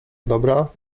dobra